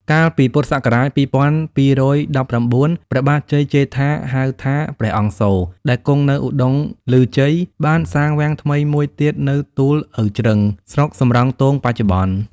កាលពីព.ស. ២២១៩ ព្រះបាទជ័យជេដ្ឋា (ហៅថា ព្រះអង្គសូរ) ដែលគង់នៅឧត្តុង្គឮជ័យ បានសាងវាំងថ្មីមួយទៀតនៅ ទូលឪជ្រឹង (ស្រុកសំរោងទងបច្ចុប្បន្ន)។